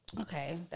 Okay